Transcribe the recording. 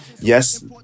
yes